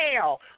hell